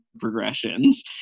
progressions